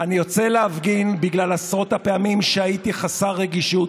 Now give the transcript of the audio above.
אני יוצא להפגין בגלל עשרות הפעמים שהייתי חסר רגישות,